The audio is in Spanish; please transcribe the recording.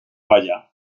baya